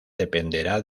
dependerá